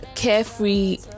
carefree